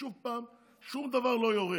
ושוב פעם שום דבר לא יורד,